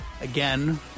again